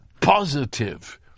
positive